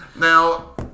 Now